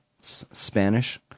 Spanish